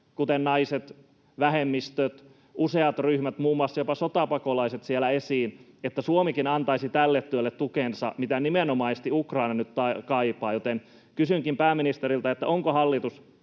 kuten naiset, vähemmistöt, useat ryhmät, muun muassa jopa sotapakolaiset, niin itse toivoisin, että Suomikin antaisi tälle työlle tukensa, mitä nimenomaisesti Ukraina nyt kaipaa. Kysynkin pääministeriltä: onko hallitus